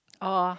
oh